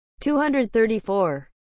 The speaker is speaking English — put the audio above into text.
234